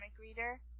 reader